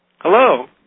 Hello